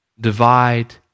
divide